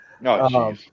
No